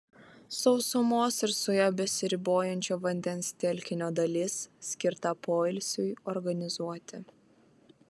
sausumos ir su ja besiribojančio vandens telkinio dalis skirta poilsiui organizuoti